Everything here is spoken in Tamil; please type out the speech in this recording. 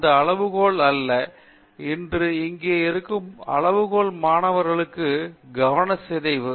அந்த அளவுகோல் அல்ல இன்று இங்கே இருக்கும் அளவுகோல் மாணவர்களுக்கான கவன சிதைவு